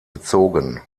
bezogen